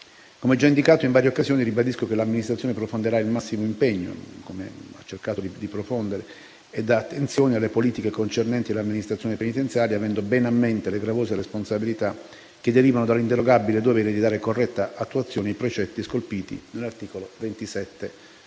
Come già indicato in varie occasioni, ribadisco che l'amministrazione profonderà il massimo impegno (come ha cercato di fare) e attenzione alle politiche concernenti l'amministrazione penitenziaria, avendo ben a mente le gravose responsabilità che derivano dall'inderogabile dovere di dare corretta attuazione ai precetti scolpiti nell'articolo 27